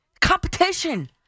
competition